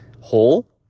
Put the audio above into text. hole